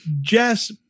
jess